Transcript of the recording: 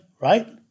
right